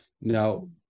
Now